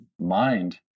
mind